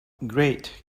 great